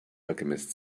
alchemist